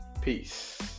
peace